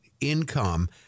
income